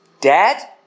Dad